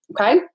okay